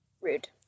Rude